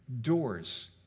doors